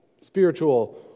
spiritual